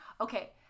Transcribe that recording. Okay